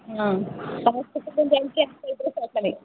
ಆಂ ಪಾಸ್ಬುಕ್ಕುಗೆ ಒಂದು ಎಂಟ್ರಿ ಆಗ್ತಾ ಇದ್ದರೆ ಸಾಕು ನಮಗ್